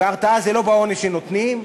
והרתעה זה לא בעונש שנותנים,